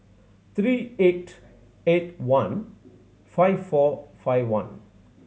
three eight eight one five four five one